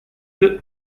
que